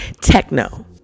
techno